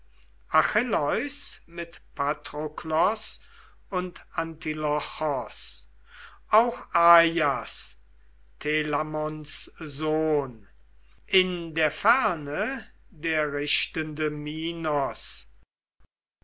mit patroklos und antilochos auch ajas telamons sohn in der ferne der richtende